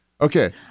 Okay